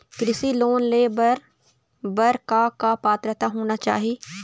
कृषि लोन ले बर बर का का पात्रता होना चाही?